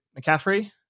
McCaffrey